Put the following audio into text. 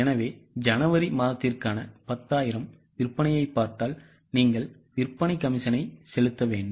எனவே ஜனவரி மாதத்திற்கான 10000 விற்பனையைப் பார்த்தால் நீங்கள் விற்பனை கமிஷனை செலுத்த வேண்டும்